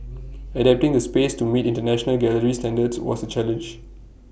adapting the space to meet International gallery standards was A challenge